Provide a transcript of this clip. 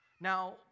Now